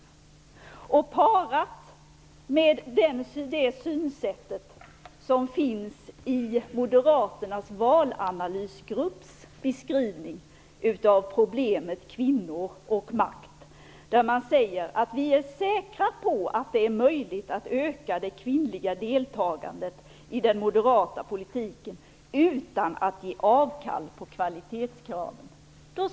Detta kan paras ihop med det synsätt som finns i moderaternas valanalysgrupps beskrivning av problemet kvinnor och makt. Där säger man: Vi är säkra på att det är möjligt att öka det kvinnliga deltagandet i den moderata politiken utan att ge avkall på kvalitetskraven.